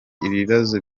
ibibazo